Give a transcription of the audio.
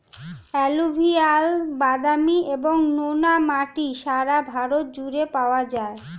alluvial, বাদামি এবং নোনা মাটি সারা ভারত জুড়ে পাওয়া যায়